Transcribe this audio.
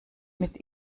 mit